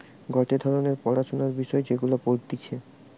গটে ধরণের পড়াশোনার বিষয় যেগুলা পড়তিছে